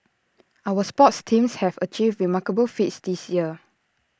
our sports teams have achieved remarkable feats this year